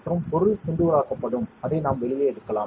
மற்றும் பொருள் துண்டுகளாக்கப்படும் அதை நாம் வெளியே எடுக்கலாம்